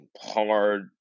hard